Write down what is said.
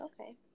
Okay